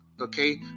okay